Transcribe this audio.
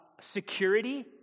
security